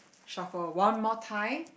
shuffle one more time